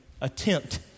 attempt